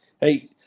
Hey